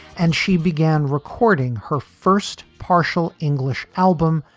and she began recording her first partial english album,